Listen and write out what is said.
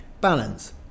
balance